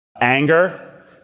Anger